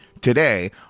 today